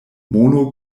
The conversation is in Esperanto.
mono